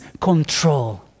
control